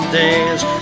days